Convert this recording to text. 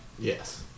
Yes